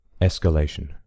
Escalation